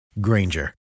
Granger